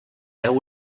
veu